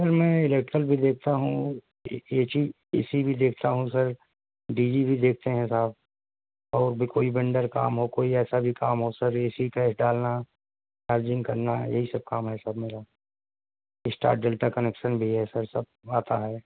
سر میں الیکٹرل بھی دیکھتا ہوں اے سی اے سی بھی دیکھتا ہوں سر ڈی جی بھی دیکھتے ہیں صاحب اور بھی کوئی بنڈر کام ہو کوئی ایسا بھی کام ہو سر اے سی کیش ڈالنا چارجنگ کرنا یہی سب کام ہے سر میرا اسٹار ڈیلٹا کنیکشن بھی ہے سر سب آتا ہے